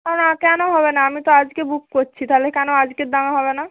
না না কেন হবে না আমি তো আজকে বুক করছি তাহলে কেন আজকের দামে হবে না